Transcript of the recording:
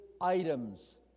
items